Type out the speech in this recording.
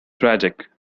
tragic